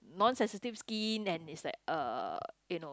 non sensitive skin and it's like uh you know